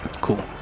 Cool